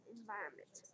environment